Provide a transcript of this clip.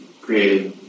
created